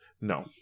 No